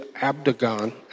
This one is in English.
Abdagon